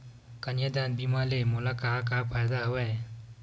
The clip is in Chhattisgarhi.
कन्यादान बीमा ले मोला का का फ़ायदा हवय?